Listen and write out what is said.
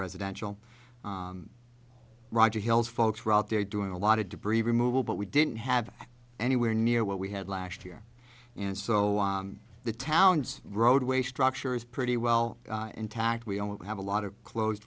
residential roger hills folks were out there doing a lot of debris removal but we didn't have anywhere near what we had last year and so the town's roadway structure is pretty well intact we don't have a lot of closed